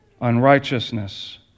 unrighteousness